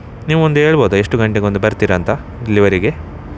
ನೀವೊಂದು ಹೇಳ್ಬೌದಾ ಎಷ್ಟು ಗಂಟೆಗೊಂದು ಬರ್ತೀರಾ ಅಂತ ಇಲ್ಲಿಯವರೆಗೆ